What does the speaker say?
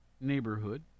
neighborhood